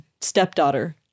stepdaughter